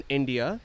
India